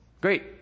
great